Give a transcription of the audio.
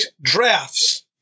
drafts